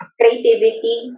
creativity